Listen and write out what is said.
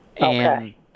Okay